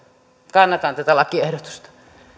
kannatan tätä lakiehdotusta